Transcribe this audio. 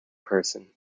person